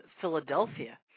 Philadelphia